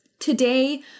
Today